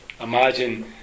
imagine